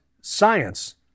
science